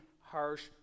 harsh